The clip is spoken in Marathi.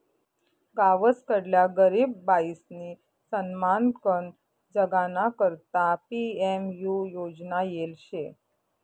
गावसकडल्या गरीब बायीसनी सन्मानकन जगाना करता पी.एम.यु योजना येल शे